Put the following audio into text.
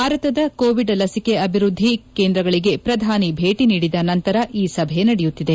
ಭಾರತದ ಕೋವಿಡ್ ಲಸಿಕೆ ಅಭಿವೃದ್ದಿ ಕೇಂದ್ರಗಳಿಗೆ ಪ್ರಧಾನಿ ಭೇಟಿ ನೀಡಿದ ನಂತರ ಈ ಸಭೆ ನಡೆಯುತ್ತಿದೆ